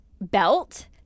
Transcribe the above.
belt